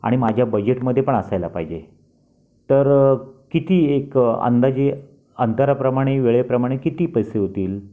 आणि माझ्या बजेटमध्ये पण असायला पाहिजे तर किती एक अंदाजे अंतराप्रमाणे वेळेप्रमाणे किती पैसे होतील